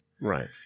Right